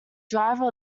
driver